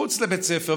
מחוץ לבית ספר,